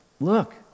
look